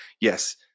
yes